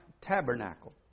tabernacle